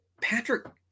Patrick